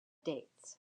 dates